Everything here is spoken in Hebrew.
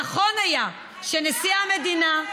נכון היה שנשיא המדינה,